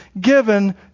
given